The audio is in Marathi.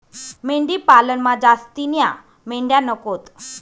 मेंढी पालनमा जास्तीन्या मेंढ्या नकोत